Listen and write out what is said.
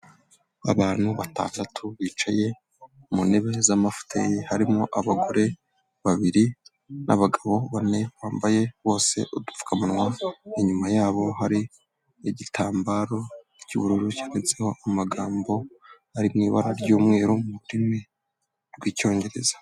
Abantu batandatu bicaye mu ntebe z'amafuteyi, harimo abagore babiri n'abagabo bane bambaye bose udupfukamunwa, inyuma yabo hari igitambaro cy'ubururu cyanditseho amagambo ari mu ibara ry'umweru mu rurimi rw'icyongereza.